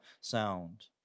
sound